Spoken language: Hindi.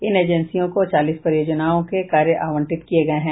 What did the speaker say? इन एजेंसियों को चालीस परियोजनाओं के कार्य आवंटित किये गये हैं